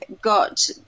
got